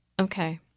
Okay